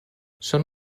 són